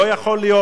לא יכול להיות,